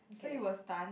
so you were stun